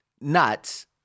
nuts –